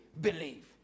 believe